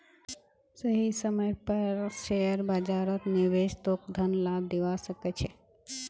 सही समय पर शेयर बाजारत निवेश तोक धन लाभ दिवा सके छे